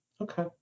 Okay